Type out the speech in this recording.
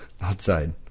outside